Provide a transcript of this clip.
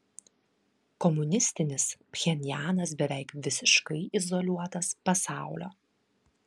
komunistinis pchenjanas beveik visiškai izoliuotas pasaulio